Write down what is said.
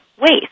waste